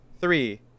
three